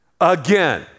again